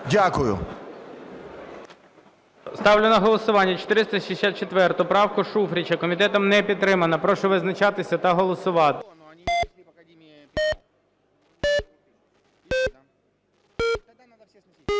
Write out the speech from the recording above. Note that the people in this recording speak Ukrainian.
Ставлю на голосування 464 правку Шуфрича. Комітетом не підтримана. Прошу визначатися та голосувати.